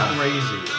crazy